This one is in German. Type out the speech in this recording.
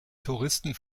touristen